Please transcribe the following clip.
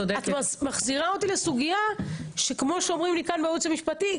את מחזירה אותי לסוגיה שכמו שאומרים לי כאן בייעוץ המשפטי,